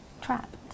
trapped